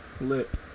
lip